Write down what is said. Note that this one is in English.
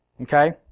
Okay